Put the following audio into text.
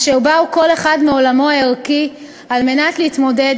אשר באו כל אחד מעולמו הערכי כדי להתמודד